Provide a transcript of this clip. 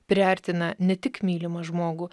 priartina ne tik mylimą žmogų